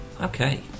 Okay